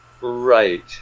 right